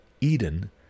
Eden